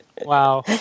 Wow